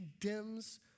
condemns